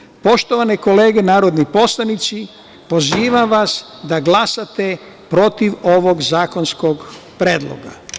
Na kraju, poštovane kolege narodni poslanici, pozivam vas da glasate protiv ovog zakonskog predloga.